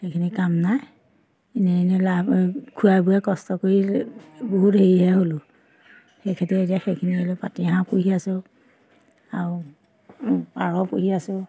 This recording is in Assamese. সেইখিনি কাম নাই এনে এনে লাভ খোৱাই বোৱাই কষ্ট কৰি বহুত হেৰিহে হ'লোঁ সেইকাৰণে এতিয়া সেইখিনি আহিলোঁ পাতি হাঁহ পুহি আছোঁ আৰু পাৰ পুহি আছোঁ